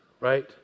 right